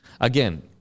Again